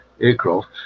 aircraft